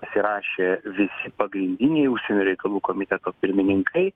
pasirašė visi pagrindiniai užsienio reikalų komiteto pirmininkai